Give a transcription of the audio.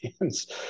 hands